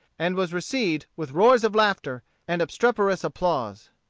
and was received with roars of laughter and obstreperous applause.